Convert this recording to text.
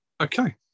Okay